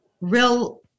real